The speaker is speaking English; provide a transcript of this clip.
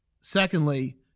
secondly